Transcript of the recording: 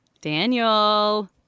Daniel